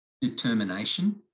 determination